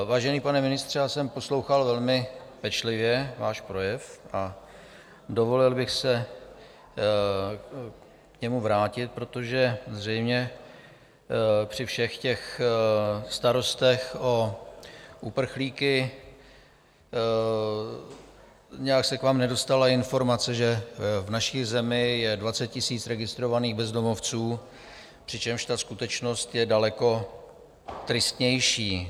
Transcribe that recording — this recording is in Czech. Vážený pane ministře, já jsem poslouchal velmi pečlivě váš projev a dovolil bych si vrátit se k němu, protože zřejmě při všech těch starostech o uprchlíky se k vám nějak nedostala informace, že v naší zemi je 20 000 registrovaných bezdomovců, přičemž skutečnost je daleko tristnější.